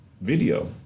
video